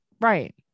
Right